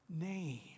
name